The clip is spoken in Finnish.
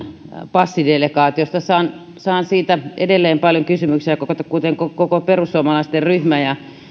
passidelegaatiosta saan saan siitä edelleen paljon kysymyksiä kuten koko perussuomalaisten ryhmä ja